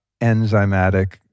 enzymatic